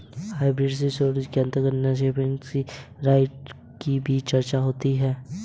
hybrid security के अंतर्गत ownership right की भी चर्चा होती है